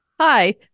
hi